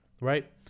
Right